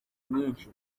nyinshi